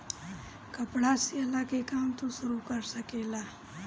कपड़ा सियला के काम तू शुरू कर सकेला